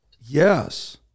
Yes